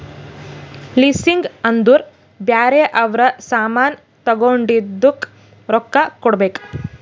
leasing ಅಂದುರ್ ಬ್ಯಾರೆ ಅವ್ರ ಸಾಮಾನ್ ತಗೊಂಡಿದ್ದುಕ್ ರೊಕ್ಕಾ ಕೊಡ್ಬೇಕ್